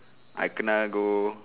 I kena go